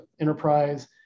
enterprise